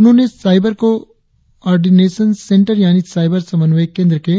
उन्होंने cyber coordination centre यानी cyber समन्वय केंद्र के